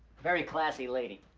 very classy lady,